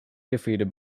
defeated